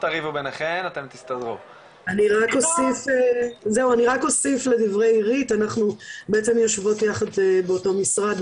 רק אוסיף לדברי אירית אנחנו בעצם יושבות יחד באותו משרד,